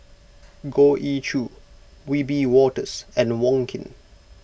Goh Ee Choo Wiebe Wolters and Wong Keen